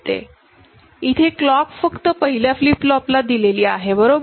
इथे क्लॉक फक्त पहिल्या फ्लीप फ्लोपला दिलेली आहे बरोबर